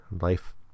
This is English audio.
life